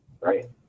right